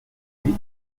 puis